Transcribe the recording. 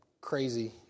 crazy